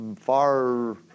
far